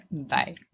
Bye